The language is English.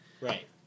Right